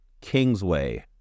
Kingsway